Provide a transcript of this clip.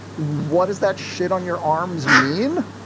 what is that shit on your arms mean?